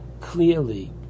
clearly